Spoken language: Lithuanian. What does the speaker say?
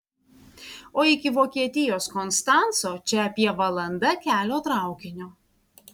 o iki vokietijos konstanco čia apie valanda kelio traukiniu